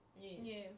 yes